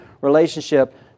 relationship